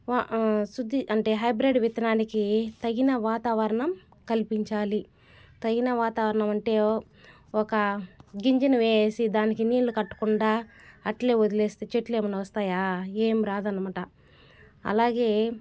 వా శుద్ధి అంటే హైబ్రిడ్ విత్తనానికి తగిన వాతావరణం కల్పించాలి తగిన వాతావరణం అంటే ఒక గింజను వేసి దానికి నీళ్లు కట్టకుండా అట్లే వదిలేస్తే చెట్లేమన్న వస్తాయా ఏం రాదనమాట అలాగే